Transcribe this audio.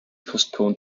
postponed